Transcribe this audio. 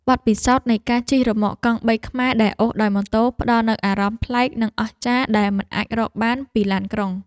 បទពិសោធន៍នៃការជិះរ៉ឺម៉កកង់បីខ្មែរដែលអូសដោយម៉ូតូផ្តល់នូវអារម្មណ៍ប្លែកនិងអស្ចារ្យដែលមិនអាចរកបានពីឡានក្រុង។